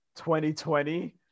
2020